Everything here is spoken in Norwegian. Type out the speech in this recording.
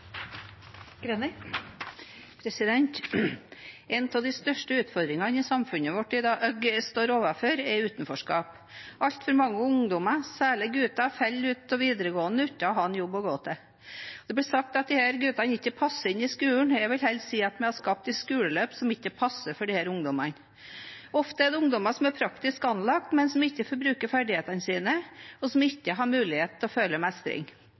utenforskap. Altfor mange ungdommer, særlig gutter, faller ut av videregående uten å ha en jobb å gå til. Det blir sagt at disse guttene ikke passer inn i skolen. Jeg vil heller si at vi har skapt et skoleløp som ikke passer for disse ungdommene. Ofte er dette ungdommer som er praktisk anlagt, men som ikke får brukt ferdighetene sine, og som ikke har mulighet til å føle mestring,